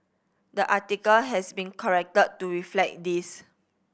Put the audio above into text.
the article has been corrected to reflect this